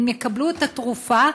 אם יקבלו את התרופה,